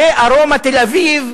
"ארומה" תל-אביב,